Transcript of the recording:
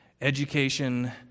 education